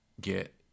get